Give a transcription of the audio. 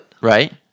Right